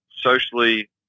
socially